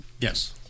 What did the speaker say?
Yes